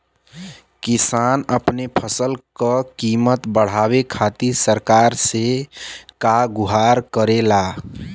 किसान अपने फसल क कीमत बढ़ावे खातिर सरकार से का गुहार करेला?